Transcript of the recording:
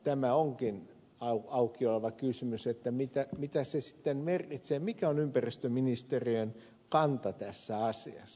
tämä onkin auki oleva kysymys mitä se sitten merkitsee mikä on ympäristöministeriön kanta tässä asiassa